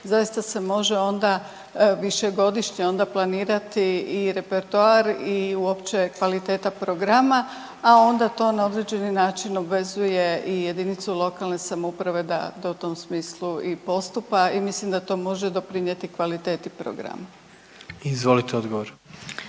zaista se može onda višegodišnje onda planirati i repertoar i uopće kvaliteta programa, a onda to na određeni način obvezuje i JLS da, da u tom smislu i postupa i mislim da to može doprinjeti kvaliteti programa. **Jandroković,